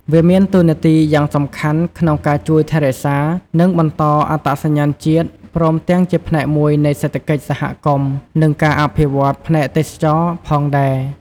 វាមានតួនាទីយ៉ាងសំខាន់ក្នុងការជួយថែរក្សា និងបន្តអត្តសញ្ញាណជាតិ ព្រមទាំងជាផ្នែកមួយនៃសេដ្ឋកិច្ចសហគមន៍ និងការអភិវឌ្ឍន៍ផ្នែកទេសចរណ៍ផងដែរ។